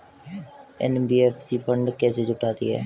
NBFC fund कैसे जुटाती है?